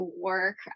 work